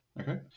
Okay